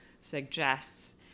suggests